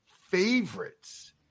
favorites